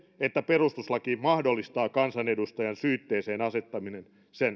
että perustuslaki mahdollistaa kansanedustajan syytteeseen asettamisen